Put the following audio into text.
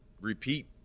repeat